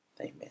Amen